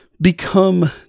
become